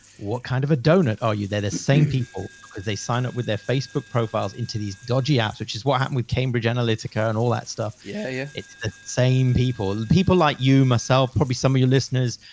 what kind of a donut are you? they're the same people. cause they sign up with their facebook profiles into these dodgy apps, which is what happened with cambridge analytica and all that stuff. yeah yeah it's the ah same people, the people like you, myself, probably some of your listeners,